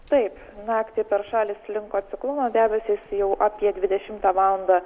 taip naktį per šalį slinko ciklono debesys jau apie dvidešimtą valandą